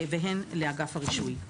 והן לאגף הרישוי.